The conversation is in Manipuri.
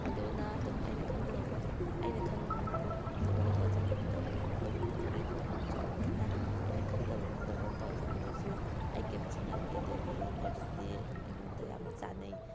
ꯑꯗꯨꯅ ꯑꯗꯨꯝ ꯑꯩꯅ ꯈꯪꯗꯕ ꯃꯐꯝ ꯑꯩꯅ ꯈꯪꯕ ꯃꯐꯝꯗꯨꯗ ꯑꯣꯟ ꯇꯧꯔꯒ ꯆꯠꯄꯗꯨꯗ ꯑꯗꯨꯝ ꯒꯨꯒꯜ ꯃꯦꯞꯇ ꯊꯣꯛꯂꯛꯏꯗꯨꯅ ꯑꯗꯨꯝ ꯆꯨꯝꯕꯅꯤꯅ ꯑꯩꯅ ꯈꯪꯗꯕ ꯃꯐꯝꯗ ꯑꯣꯟ ꯇꯧꯔꯒ ꯆꯠꯄꯗꯁꯨ ꯑꯩ ꯀꯔꯤꯝꯇ ꯆꯤꯡꯅꯕ ꯂꯩꯇꯦ ꯒꯨꯒꯜ ꯃꯦꯞꯁꯤꯗꯤ ꯑꯗꯨꯝ ꯑꯩꯉꯣꯟꯗ ꯌꯥꯝꯅ ꯆꯥꯟꯅꯩ